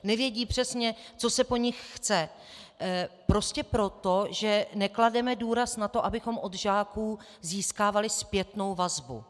Nevědí přesně, co se po nich chce, prostě proto, že neklademe důraz na to, abychom od žáků získávali zpětnou vazbu.